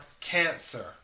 cancer